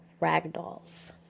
ragdolls